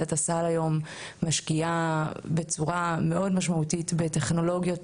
הוועדה הזו משקיעה בצורה מאוד משמעותית בטכנולוגיות